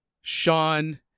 Sean